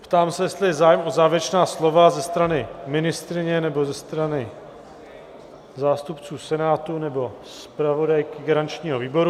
Ptám se, jestli je zájem o závěrečná slova ze strany ministryně nebo ze strany zástupců Senátu nebo zpravodajky garančního výboru.